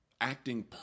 acting